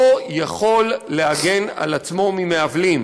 -- האזרח לא יכול להגן על עצמו ממעוולים,